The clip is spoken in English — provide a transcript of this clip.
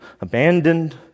abandoned